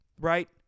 right